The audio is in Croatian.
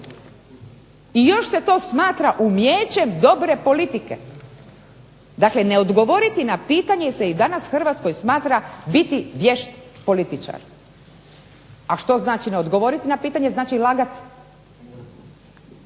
I još se to smatra umijećem dobre politike, dakle ne odgovoriti na pitanje se i danas u Hrvatskoj smatra biti vješt političar. A što znači ne odgovoriti na pitanje, znači lagati.